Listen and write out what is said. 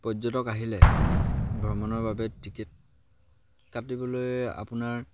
পৰ্যটক আহিলে ভ্ৰমণৰ বাবে টিকেট কাটিবলৈ আপোনাৰ